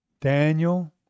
Daniel